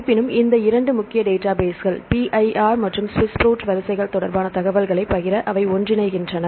இருப்பினும் இந்த 2 முக்கிய டேட்டாபேஸ்கள் PIR மற்றும் SWISS PROTப்ரோடீன் வரிசைகள் தொடர்பான தகவல்களைப் பகிர அவை ஒன்றிணைகின்றன